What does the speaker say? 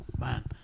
man